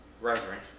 Reverend